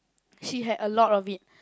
she had a lot of it